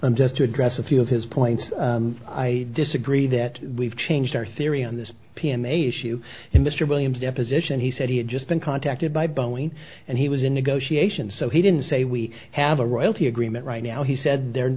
and just to address a few of his points i disagree that we've changed our theory on this p m a issue in mr williams deposition he said he had just been contacted by boeing and he was in negotiations so he didn't say we have a royalty agreement right now he said they're